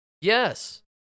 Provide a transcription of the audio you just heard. Yes